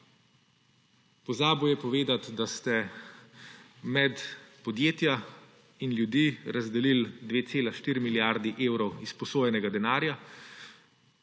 pozabil je povedati, da ste med podjetja in ljudi razdelili 2,4 milijarde evrov izposojenega denarja,